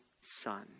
son